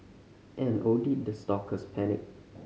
and oh did the stalkers panic